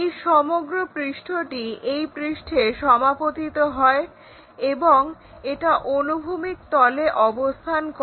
এই সমগ্র পৃষ্ঠটি এই পৃষ্ঠে সমাপতিত হয় এবং এটা অনুভূমিক তলে অবস্থান করে